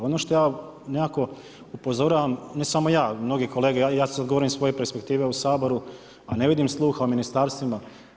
Ono što ja nekako upozoravam, ne samo ja, nego mnogi kolege, ja sad govorim sa svoje perspektive u Saboru, a ne vidim sluha u ministarstvima.